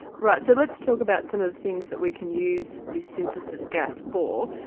right, so let's talk about some of the things that we can use this synthesis gas for.